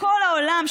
מכל העולם,